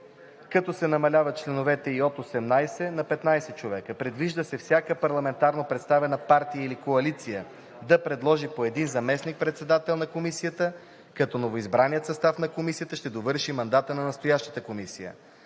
като се намаляват членовете ѝ от 18 на 15 човека. Предвижда се всяка парламентарно представена партия или коалиция да предложи по един заместник-председател на комисията, като новоизбраният състав на комисията ще довършва мандата на настоящата комисия.